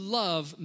love